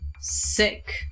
sick